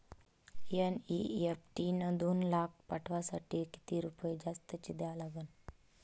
NEFT न दोन लाख पाठवासाठी किती रुपये जास्तचे द्या लागन?